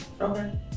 Okay